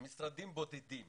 שמשרדים בודדים